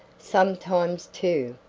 sometimes, too,